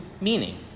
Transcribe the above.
meaning